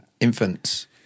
infants